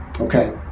Okay